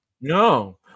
No